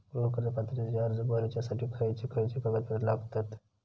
गृह कर्ज पात्रतेचो अर्ज भरुच्यासाठी खयचे खयचे कागदपत्र लागतत?